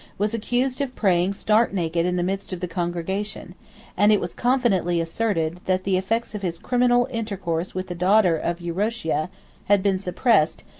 was accused of praying stark naked in the midst of the congregation and it was confidently asserted, that the effects of his criminal intercourse with the daughter of euchrocia had been suppressed,